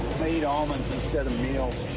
eat almonds instead of meals,